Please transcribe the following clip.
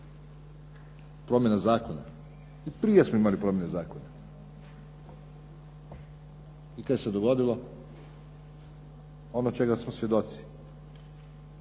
Promjena zakona? I prije smo imali provedbe zakona. I što se dogodilo? Ono čega smo svjedoci.